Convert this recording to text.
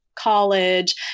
college